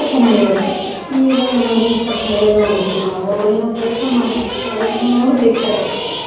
ಅದು ಚೆನ್ನಾಗಿರುತ್ತೆ ಈಗ ನಮ್ಮ ಮನೆ ಪಕ್ಕದಲ್ಲೇ ನೋಡಿರ್ತೀವಿ ನಾವು ಅವ್ರ ಏನೋ ಕೆಲಸ ಮಾಡ್ತಿರ್ತಾರೆ ಅವ್ರ ಏನೋ ನೋಡ್ತಿರ್ತಾರೆ